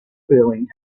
feeling